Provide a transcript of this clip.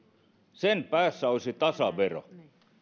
sen päässä olisi tasavero